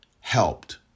helped